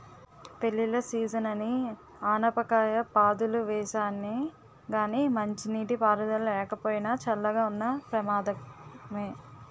పెళ్ళిళ్ళ సీజనని ఆనపకాయ పాదులు వేసానే గానీ మంచినీటి పారుదల లేకపోయినా, చల్లగా ఉన్న ప్రమాదమే